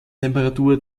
temperatur